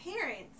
parents